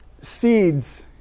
seeds